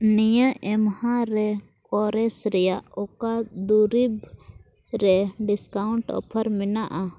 ᱱᱤᱭᱟᱹ ᱮᱢᱦᱟ ᱨᱮ ᱠᱳᱨᱮᱥ ᱨᱮᱭᱟᱜ ᱚᱠᱟ ᱫᱚᱨᱤᱵᱽ ᱨᱮ ᱰᱤᱥᱠᱟᱣᱩᱱᱴ ᱚᱯᱷᱟᱨ ᱢᱮᱱᱟᱜᱼᱟ